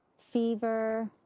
fever,